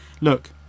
Look